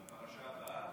הפרשה הבאה?